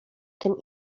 tym